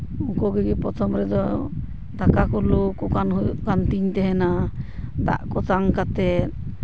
ᱠᱚᱜᱮ ᱜᱮ ᱯᱨᱚᱛᱷᱚᱢ ᱨᱮᱫᱚ ᱫᱟᱠᱟ ᱠᱚ ᱞᱩ ᱟᱠᱚ ᱠᱟᱱ ᱦᱩᱭᱩᱜ ᱠᱟᱱ ᱛᱤᱧ ᱛᱟᱦᱮᱱᱟ ᱫᱟᱜ ᱠᱚ ᱛᱟᱝ ᱠᱟᱛᱮᱫ